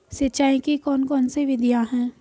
सिंचाई की कौन कौन सी विधियां हैं?